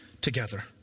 together